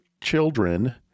children